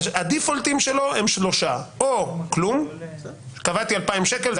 הדיפולטים שלו הם שלושה: או כלום קבעתי 2,000 ש"ח,